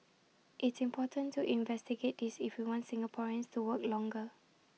it's important to investigate this if we want Singaporeans to work longer